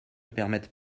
permettent